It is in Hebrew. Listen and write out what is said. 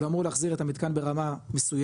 אבל הוא אמור להחזיר את המתקן ברמה מסוימת,